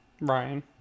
Ryan